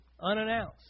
unannounced